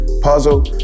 puzzle